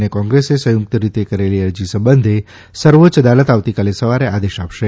અને કોંગ્રેસે સંયુક્ત રીતે કરેલી અરજી સંબંધે સર્વોચ્ય અદાલત આવતીકાલે સવારે આદેશ આપશે